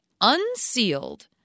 unsealed